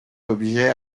objets